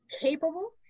capable